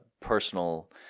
personal